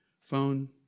phone